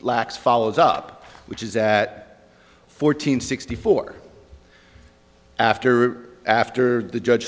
lacks follows up which is that fourteen sixty four after or after the judge